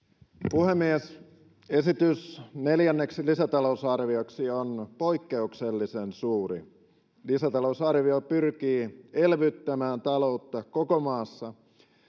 puhemies esitys neljänneksi lisätalousarvioksi on poikkeuksellisen suuri lisätalousarvio pyrkii elvyttämään taloutta koko maassa